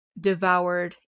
devoured